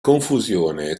confusione